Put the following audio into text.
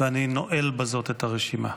ואני נועל בזאת את הרשימה.